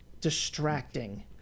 distracting